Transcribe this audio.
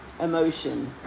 emotion